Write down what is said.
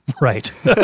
Right